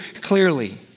clearly